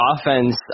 offense